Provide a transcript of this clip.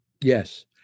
yes